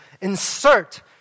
Insert